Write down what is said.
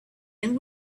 and